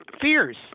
fears